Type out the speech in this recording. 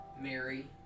Mary